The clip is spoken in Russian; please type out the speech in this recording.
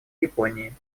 японии